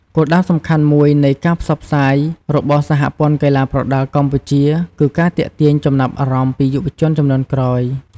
គោលដៅសំខាន់មួយនៃការផ្សព្វផ្សាយរបស់សហព័ន្ធកីឡាប្រដាល់កម្ពុជា គឺការទាក់ទាញចំណាប់អារម្មណ៍ពីយុវជនជំនាន់ក្រោយ។